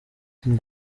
iyo